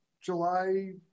July